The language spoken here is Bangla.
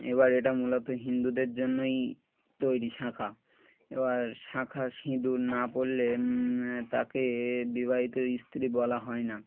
এবার এটা মূলত হিন্দুদের জন্যই তৈরি শাঁখা এবার শাঁখা সিঁদুর না পড়লে তাকে বিবাহিত ইস্তিরি বলা হয় না